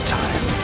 time